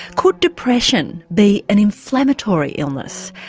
could depression be an inflammatory illness?